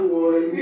one